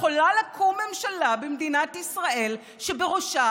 יכולה לקום ממשלה במדינת ישראל שבראשה